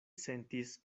sentis